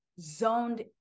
zoned